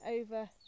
over